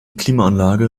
klimaanlage